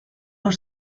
por